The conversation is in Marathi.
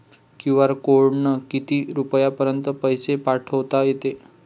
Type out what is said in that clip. क्यू.आर कोडनं किती रुपयापर्यंत पैसे पाठोता येते?